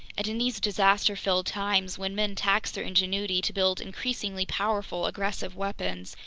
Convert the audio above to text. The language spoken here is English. and in these disaster-filled times, when men tax their ingenuity to build increasingly powerful aggressive weapons,